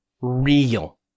real